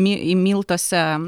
mi į miltuose